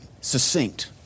Succinct